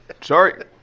sorry